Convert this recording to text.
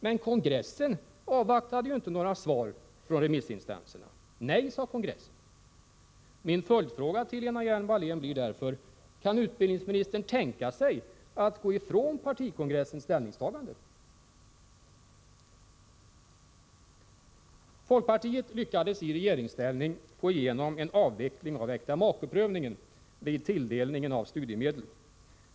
Men kongressen avvaktade ju inte några svar från remissinstanserna. Nej, sade kongressen. Min följdfråga till Lena Hjelm-Wallén blir därför: Kan utbildningsministern tänka sig att gå ifrån partikongressens ställningstagande? Folkpartiet lyckades i regeringsställning få igenom en avveckling av äktamakeprövningen vid tilldelningen av studiemedel.